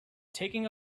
taking